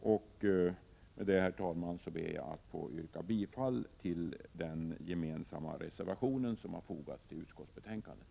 Med detta, herr talman, ber jag att få yrka bifall till den gemensamma borgerliga reservation som har fogats till utskottsbetänkandet.